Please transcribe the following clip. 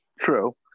True